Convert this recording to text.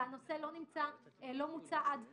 והנושא לא מוצה עד תום.